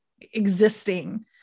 existing